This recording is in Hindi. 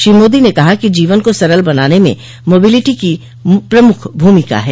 श्री मोदी ने कहा कि जीवन को सरल बनाने में मोबिलिटी की प्रमुख भूमिका है